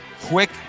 quick